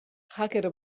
hacker